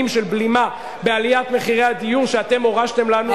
של בלימה בעליית מחירי הדיור שאתם הורשתם לנו,